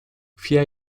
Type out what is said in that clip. vier